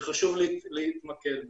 שחשוב להתמקד בהם.